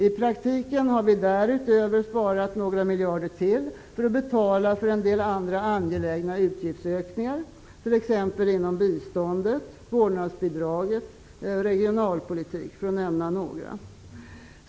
I praktiken har vi därutöver sparat några miljarder till för att betala för en del andra angelägna utgiftsökningar, t.ex. när det gäller biståndet, vårdnadsbidraget och regionalpolitiken.